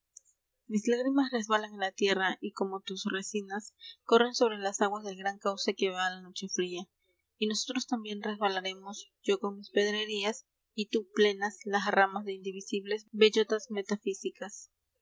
mis lágrimas resbalan a la tierra y como tus resinas corren sobre las aguas del gran cauce que va a la noche fría y nosotros también resbalaremos yo con mis pedrerías y tú plenas las ramas de invisibles bellotas